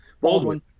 Baldwin